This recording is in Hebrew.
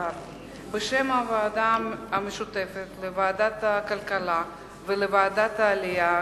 בשם הוועדה המשותפת לוועדת הכלכלה ולוועדת העלייה,